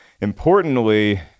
importantly